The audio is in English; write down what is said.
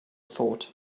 thought